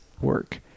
work